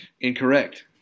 Incorrect